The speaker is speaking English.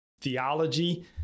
theology